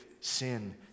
sin